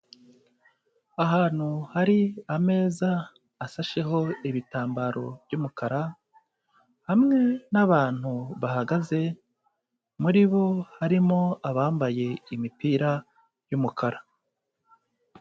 Ahantu hari ameza asasheho ibitambaro by'umukara hamwe n'abantu bahagaze, muri bo harimo abambaye imipira y'umukara.